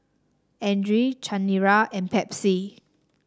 Andre Chanira and Pepsi